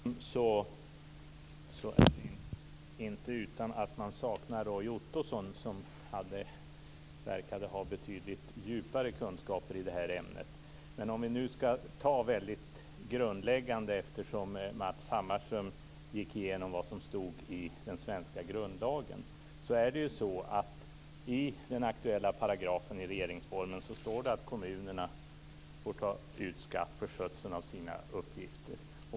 Fru talman! När man hör Matz Hammarström är det inte utan att man saknar Roy Ottosson, som verkade ha betydligt djupare kunskaper i ämnet. Låt oss ta det grundläggande, eftersom Matz Hammarström gick igenom vad som står i den svenska grundlagen. I den aktuella paragrafen i regeringsformen står det att kommunerna får ta ut skatt för skötseln av sina uppgifter.